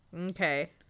okay